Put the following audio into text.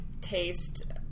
taste